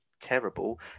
terrible